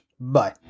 Bye